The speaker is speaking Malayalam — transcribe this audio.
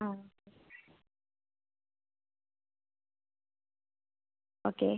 ആ ഓക്കെ